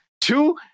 Two